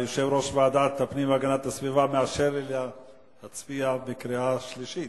יושב-ראש ועדת הפנים והגנת הסביבה מאשר לי להצביע בקריאה שלישית.